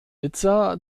nizza